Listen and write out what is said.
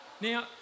Now